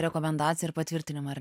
rekomendaciją ir patvirtinimą ar